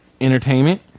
entertainment